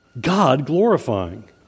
God-glorifying